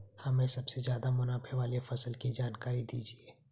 हमें सबसे ज़्यादा मुनाफे वाली फसल की जानकारी दीजिए